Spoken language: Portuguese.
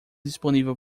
disponível